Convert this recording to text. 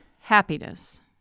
Happiness